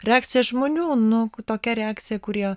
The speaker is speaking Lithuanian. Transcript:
reakcija žmonių nu tokia reakcija kurie